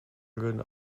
grund